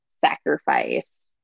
sacrifice